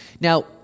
Now